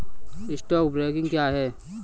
Stock broking क्या है?